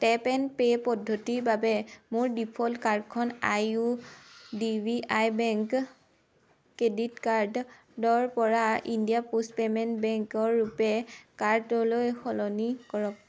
tap and pay পদ্ধতিৰ বাবে মোৰ ডিফ'ল্ট কাৰ্ডখন I U D B I বেংকৰ ক্ৰেডিট কাৰ্ডৰপৰা ইণ্ডিয়া প'ষ্ট পেমেণ্ট বেংকৰ ৰূপে কাৰ্ডলৈ সলনি কৰক